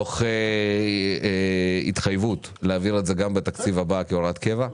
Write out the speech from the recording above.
תוך התחייבות להעביר את זה גם בתקציב הבא כהוראת קבע.